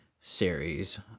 series